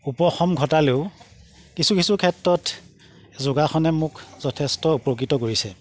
উপশম ঘটালেও কিছু কিছু ক্ষেত্ৰত যোগাসনে মোক যথেষ্ট উপকৃত কৰিছে